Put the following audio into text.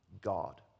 God